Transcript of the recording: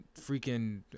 freaking